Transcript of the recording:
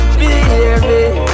baby